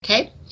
Okay